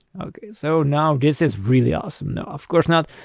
okay, so now this is really awesome. no, of course not.